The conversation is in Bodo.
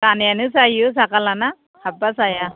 जानायालाय जायो जायगा लाना हाब्बा जाया